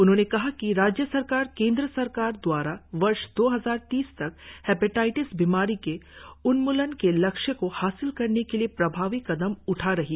उन्होंने कहा कि राज्य सरकार केंद्र सरकार दवारा वर्ष दो हजार तीस तक हेपेटाइटिस बीमारी के उन्मूलन के लक्ष्य को हासिल करने के लिए प्रभावी कदम उठा रही हैं